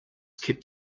kept